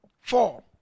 Four